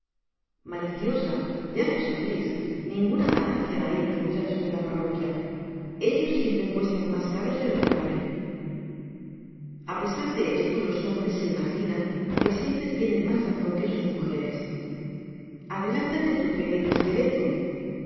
maliciosa ya lo sabeis ninguna ganancia hay en los muchachos de la parroquia ellos siempre cuestan mas caros de jo que valen apesar de esto los hombres se imaginan que siempre tienen mas razon que sus mugeres adelántale tu pequeño esqueleto